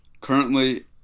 Currently